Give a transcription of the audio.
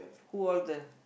who order